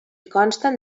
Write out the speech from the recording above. consten